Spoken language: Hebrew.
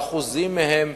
באחוזים מהם,